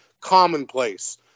commonplace